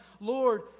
Lord